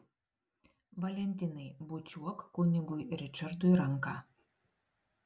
valentinai bučiuok kunigui ričardui ranką